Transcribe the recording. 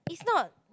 is not